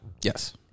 Yes